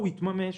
הוא התממש.